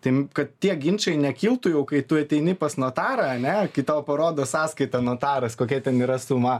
tai kad tie ginčai nekiltų jau kai tu ateini pas notarą ane kai tau parodo sąskaitą notaras kokia ten yra suma